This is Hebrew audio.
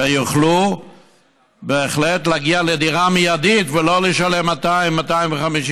שיוכלו בהחלט להגיע לדירה מיידית ולא לשלם 200,000 שקל,